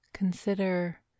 Consider